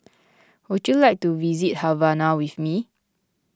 would you like to visit Havana with me